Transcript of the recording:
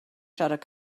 siarad